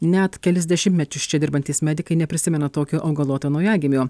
net kelis dešimtmečius čia dirbantys medikai neprisimena tokio augaloto naujagimio